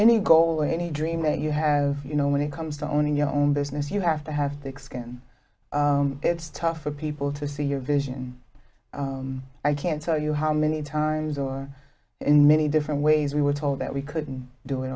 or any dream you have you know when it comes to owning your own business you have to have to expand it's tough for people to see your vision i can't tell you how many times or in many different ways we were told that we couldn't do it